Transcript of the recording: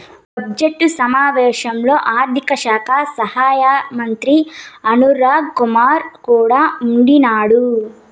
budget సమావేశాల్లో ఆర్థిక శాఖ సహాయమంత్రి అనురాగ్ రాకూర్ కూడా ఉండిన్నాడు